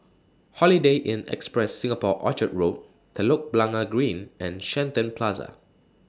Holiday Inn Express Singapore Orchard Road Telok Blangah Green and Shenton Plaza